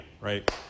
right